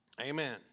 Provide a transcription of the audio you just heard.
Amen